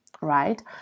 Right